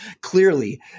clearly